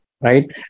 right